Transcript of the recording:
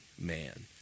man